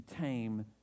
tame